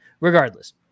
regardless